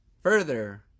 further